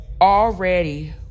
already